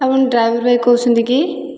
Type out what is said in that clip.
ଆପଣ ଡ୍ରାଇଭର୍ ଭାଇ କହୁଛନ୍ତି କି